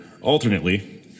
alternately